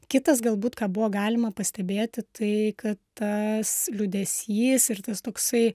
kitas galbūt ką buvo galima pastebėti tai kad tas liūdesys ir tas toksai